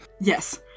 Yes